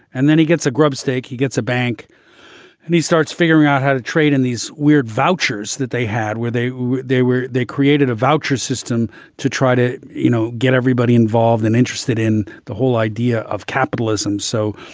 and then he gets a grubstake. he gets a bank and he starts figuring out how to trade in these weird vouchers that they had. were they they were they created a voucher system to try to, you know, get everybody involved and interested in the whole idea of capitalism. so,